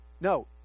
No